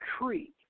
Tree